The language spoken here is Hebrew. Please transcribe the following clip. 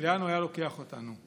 לאן הוא היה לוקח אותנו?